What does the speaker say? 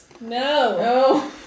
No